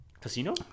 casino